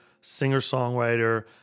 singer-songwriter